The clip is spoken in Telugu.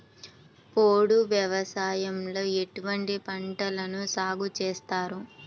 పోడు వ్యవసాయంలో ఎటువంటి పంటలను సాగుచేస్తారు?